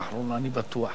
אני בטוח.